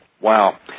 Wow